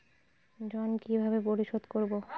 ঋণ কিভাবে পরিশোধ করব?